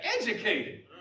educated